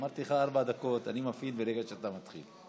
אמרתי לך ארבע דקות, אני מפעיל ברגע שאתה מתחיל.